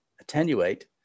attenuate